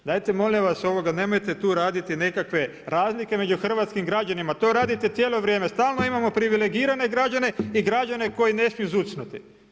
Dajte molim vas, nemojte tu raditi nekakve razlike među hrvatskim građanima, to radite cijelo vrijeme, stalno imamo privilegirane građane i građane koji ne smiju zucnuti.